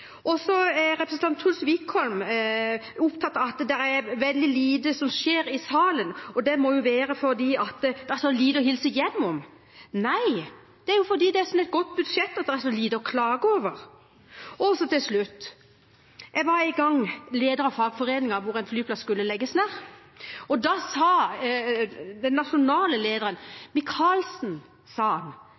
Truls Wickholm var opptatt av at det er veldig lite som skjer i salen, og at det må være fordi det er så lite å hilse hjem om. Nei, det er jo fordi det er et så godt budsjett at det er så lite å klage over. Til slutt: Jeg var en gang leder av fagforeningen da en flyplass skulle legges ned. Da sa den nasjonale lederen: